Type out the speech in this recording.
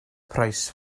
price